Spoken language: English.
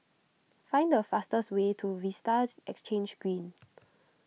find the fastest way to Vista Exhange Green